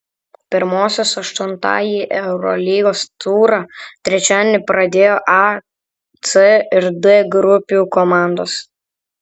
pirmosios aštuntąjį eurolygos turą trečiadienį pradėjo a c ir d grupių komandos